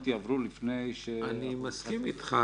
יעברו לפני --- אני מסכים איתך,